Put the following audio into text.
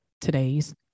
today's